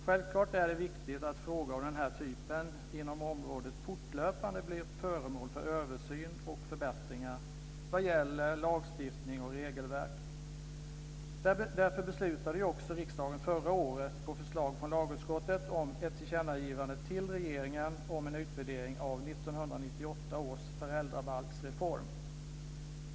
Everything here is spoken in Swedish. Självklart är det viktigt att frågor av den här typen inom området fortlöpande blir föremål för översyn och förbättringar vad gäller lagstiftning och regelverk. Därför beslutade ju också riksdagen förra året på förslag från lagutskottet om ett tillkännagivande till regeringen om en utvärdering av 1998 års föräldrabalksreform.